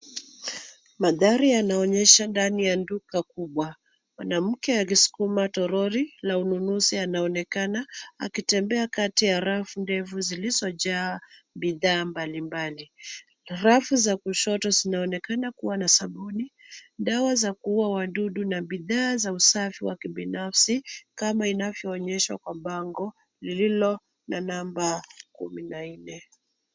Magari yanaonyesha ndani ya duka kubwa. Mwanamke akisukuma troli, la ununuzi anaonekana, akitembea kati ya rafu ndefu zilizojaa bidhaa mbalimbali. Rafu za kushoto zinaonekana kuwa na sabuni, dawa za kuua wadudu, na bidhaa za usafi wa kibinafsi, kama inavyoonyeshwa kwa bango, lililo na namba kumi na nne.